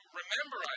remember